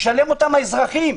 האזרחים.